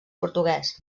portuguès